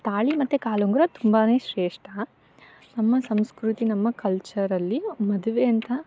ತಾಳಿ ಮತ್ತು ಕಾಲುಂಗುರ ತುಂಬಾನೆ ಶ್ರೇಷ್ಠ ನಮ್ಮ ಸಂಸ್ಕೃತಿ ನಮ್ಮ ಕಲ್ಚರಲ್ಲಿ ಮದುವೆ ಅಂತ